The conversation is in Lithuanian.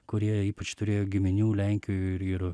kurie ypač turėjo giminių lenkijoj ir ir